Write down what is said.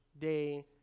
day